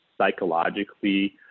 psychologically